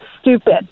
stupid